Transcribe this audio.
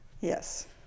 Yes